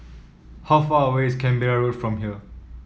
how far away is Canberra Road from here